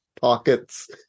pockets